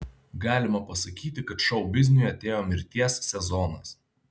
galima pasakyti kad šou bizniui atėjo mirties sezonas